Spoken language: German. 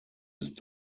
ist